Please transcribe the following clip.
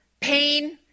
pain